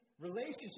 Relationship